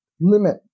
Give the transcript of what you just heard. limit